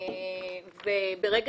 ברגע